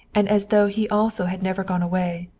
and as though he also had never gone away,